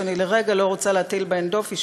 שאני לרגע לא רוצה להטיל בהן דופי,